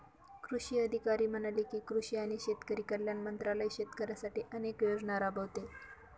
कृषी अधिकारी म्हणाले की, कृषी आणि शेतकरी कल्याण मंत्रालय शेतकऱ्यांसाठी अनेक योजना राबवते